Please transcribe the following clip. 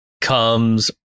comes